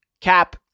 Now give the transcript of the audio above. cap